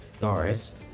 Doris